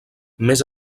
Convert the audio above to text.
més